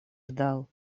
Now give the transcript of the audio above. ждал